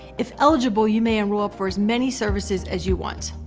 if eligible, you may enroll up for as many services as you want.